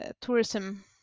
tourism